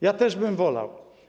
Ja też bym wolał.